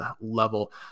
level